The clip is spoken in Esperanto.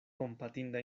kompatinda